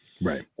Right